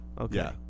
Okay